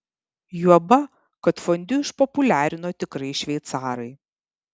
juoba kad fondiu išpopuliarino tikrai šveicarai